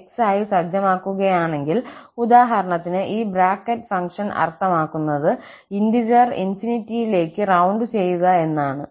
x ആയി സജ്ജമാക്കുകയാണെങ്കിൽ ഉദാഹരണത്തിന് ഈ ബ്രാക്കറ്റ് ഫങ്ക്ഷൻ അർത്ഥമാക്കുന്നത് ഇന്റിജെറിനെ ലേക്ക് റൌണ്ട് ചെയ്യുക എന്നാണ്